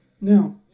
Now